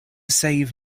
save